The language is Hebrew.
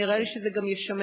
נראה לי שזה גם ישמש